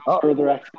further